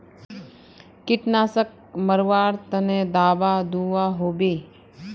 कीटनाशक मरवार तने दाबा दुआहोबे?